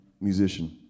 Musician